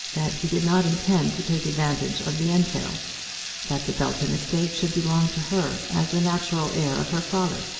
that he did not intend to take advantage of the entail that the belton estate should belong to her as the natural heir of her father.